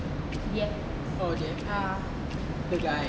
yes ah